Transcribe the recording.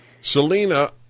Selena